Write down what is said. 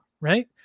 right